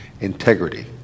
integrity